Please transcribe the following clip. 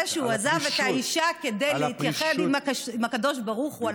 על זה שהוא עזב את האישה כדי להתייחד עם הקדוש ברוך הוא,